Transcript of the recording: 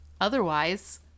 otherwise